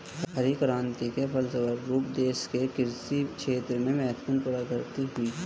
हरित क्रान्ति के फलस्व रूप देश के कृषि क्षेत्र में महत्वपूर्ण प्रगति हुई